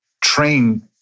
train